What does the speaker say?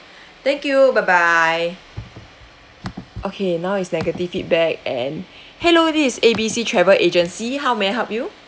thank you bye bye okay now is negative feedback and hello this is A_B_C travel agency how may I help you